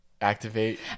Activate